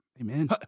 Amen